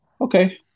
okay